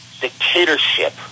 dictatorship